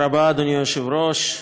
תודה רבה, אדוני היושב-ראש,